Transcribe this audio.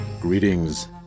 Greetings